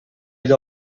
ell